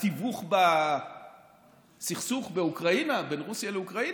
התיווך בסכסוך בין רוסיה ואוקראינה.